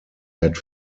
had